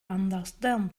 understand